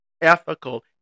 ethical